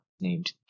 named